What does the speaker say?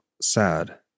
sad